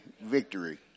victory